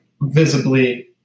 visibly